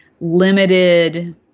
limited